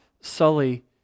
sully